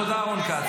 תודה, רון כץ.